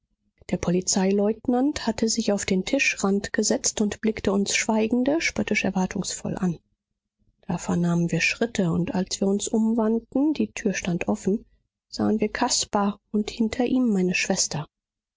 der polizeileutnant hatte sich auf den tischrand gesetzt und blickte uns schweigende spöttisch erwartungsvoll an da vernahmen wir schritte und als wir uns umwandten die türe stand offen sahen wir caspar und hinter ihm meine schwester